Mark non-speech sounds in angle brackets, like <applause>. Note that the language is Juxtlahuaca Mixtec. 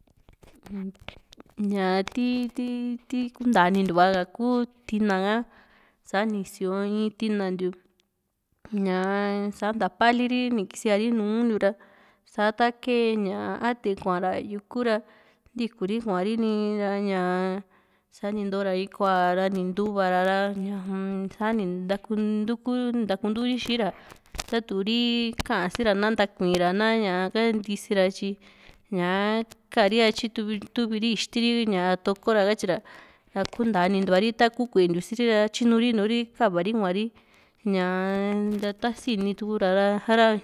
<noise> ñaa ti ti ti kuntanintuva ka ku tina ka sani sio in tina ntiu ñaa sa´nta paliri ni kisiari sa te kee atai kuara yuku ra ntiku ri kuari ni´ra ña sani ntoora in kua ra ni untuvara ra sani ntaku ntuku ntakunturi xii´ra ta´tu Kuri kasira na ntikuira na ntisira tyi ñaa ka´ri ra tyituvi ri ixti´n ri ña toko ra katyira ra kuntanituva ri taku kuentiu siri ra tyinu ri nu´ri kava ri kua ri ñaa ntaa ta sini tukura ra ha´ra